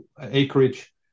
acreage